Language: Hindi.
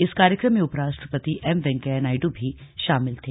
इस कार्यक्रम में उपराष्ट्रपति एम वेंकैया नायडू भी शामिल हुए